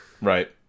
Right